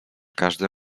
każdy